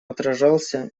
отражался